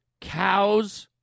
Cows